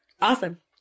awesome